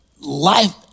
life